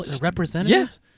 representatives